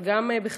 אבל גם בכלל,